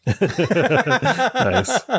Nice